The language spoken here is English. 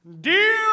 Dear